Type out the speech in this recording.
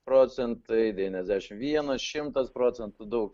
procentai devyniasdešimt vienas šimtas procentų daug